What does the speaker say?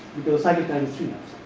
because cycle times